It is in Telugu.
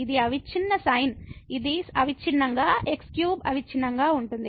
ఇది అవిచ్ఛిన్న sin ఇది అవిచ్ఛిన్నంగా x3 అవిచ్ఛిన్నంగా ఉంటుంది